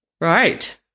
Right